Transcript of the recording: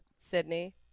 Sydney